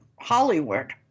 Hollywood